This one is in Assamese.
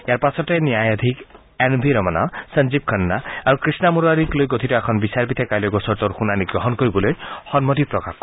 ইয়াৰ পাছতে ন্যায়াধীশ এন ভি ৰমনা সঞ্জীৱ খান্না আৰু কৃষ্ণা মুৰাৰীক লৈ গঠিত এখন বিচাৰপীঠে কাইলৈ গোচৰটোৰ শুনানী গ্ৰহণ কৰিবলৈ সন্মতি প্ৰকাশ কৰে